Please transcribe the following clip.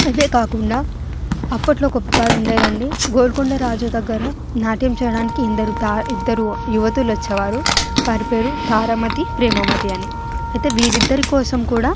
ఇవే కాకుండా అప్పట్లో ఒక పుకారుండేదండి గోల్కొండ రాజు దగ్గర నాట్యం చేయడానికి ఇంరు ఇద్దరు యువతులు వచ్చే వారు వారి పేరు తారామతి ప్రేమామతి అని అయితే వీరిద్దరి కోసం కూడా